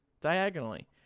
diagonally